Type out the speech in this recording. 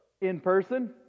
in-person